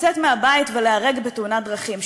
לצאת מהבית ולהיהרג בתאונת דרכים,